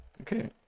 Okay